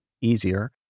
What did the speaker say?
easier